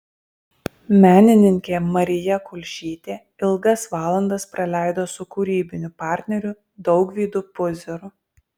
menininkė marija kulšytė ilgas valandas praleido su kūrybiniu partneriu daugvydu puzeru